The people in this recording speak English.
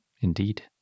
Indeed